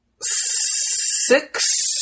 six